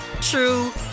true